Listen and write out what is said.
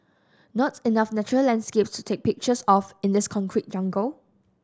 not enough natural landscapes to take pictures of in this concrete jungle